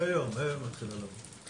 מהיום היא מתחילה לעבוד.